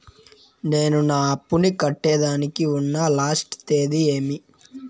నేను నా అప్పుని కట్టేదానికి ఉన్న లాస్ట్ తేది ఏమి?